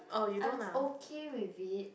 I'm okay with it